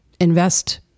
invest